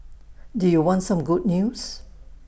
do you want some good news